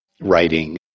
writing